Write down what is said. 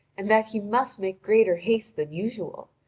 and that he must make greater haste than usual.